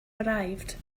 arrived